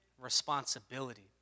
responsibility